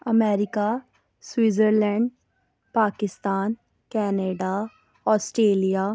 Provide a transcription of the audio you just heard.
America Switzerland Pakistan Canada Australia